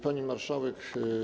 Pani Marszałek!